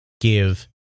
give